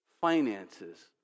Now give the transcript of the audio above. finances